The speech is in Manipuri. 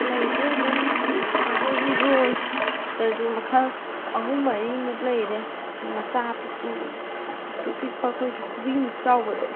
ꯂꯩꯁꯦ ꯑꯗꯨꯝ ꯑꯩꯈꯣꯏꯒꯤ ꯔꯣꯁꯇꯁꯨ ꯃꯈꯜ ꯑꯍꯨꯝ ꯃꯔꯤꯃꯨꯛ ꯂꯩꯔꯦ ꯃꯆꯥ ꯄꯤꯛꯇ꯭ꯔꯨ ꯄꯤꯛꯇ꯭ꯔꯨ ꯄꯤꯛꯄ ꯑꯩꯈꯣꯏꯒꯤ ꯈꯨꯕꯤꯃꯨꯛ ꯆꯥꯎꯕꯗꯣ